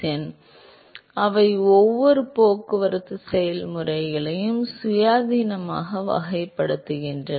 எண் அவை ஒவ்வொரு போக்குவரத்து செயல்முறைகளையும் சுயாதீனமாக வகைப்படுத்துகின்றன